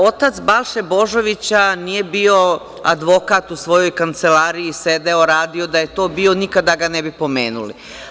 Otac Balše Božovića nije bio advokat u svojoj kancelariji, sedeo, radio, da je to bio nikada ga ne bi pomenuli.